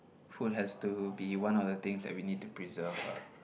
food has to be one of the things that we need to preserve uh